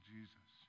Jesus